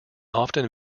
often